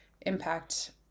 impact